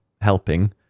helping